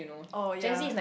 oh ya